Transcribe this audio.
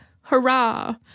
Hurrah